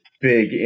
big